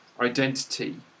identity